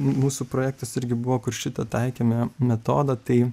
mūsų projektas irgi buvo kur šitą taikėme metodą tai